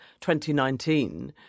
2019